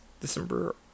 december